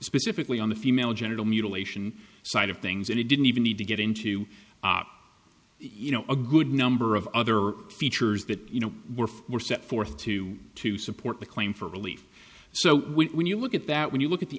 specifically on the female genital mutilation side of things and it didn't even need to get into you know a good number of other features that you know were set forth to to support the claim for relief so you look at that when you look at the